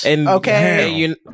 okay